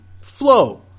flow